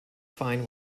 fine